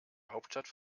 hauptstadt